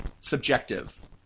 subjective